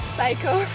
Psycho